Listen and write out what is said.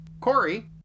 Corey